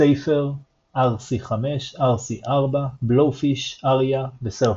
SAFER, RC5, RC4, Blowfish, ARIA וסרפנט.